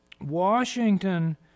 Washington